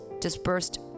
dispersed